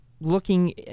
looking